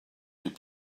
des